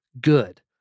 good